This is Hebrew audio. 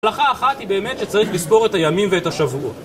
הלכה אחת היא באמת שצריך לספור את הימים ואת השבועות